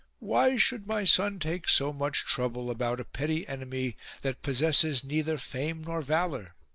why should my son take so much trouble about a petty enemy that possesses neither fame nor valour?